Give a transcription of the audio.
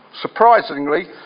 surprisingly